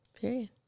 Period